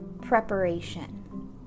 preparation